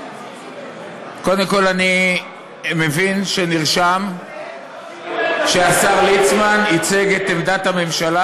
קודם כול אני מבין שנרשם שהשר ליצמן ייצג את עמדת הממשלה,